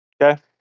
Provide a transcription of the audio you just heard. Okay